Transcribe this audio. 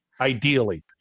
Ideally